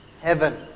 heaven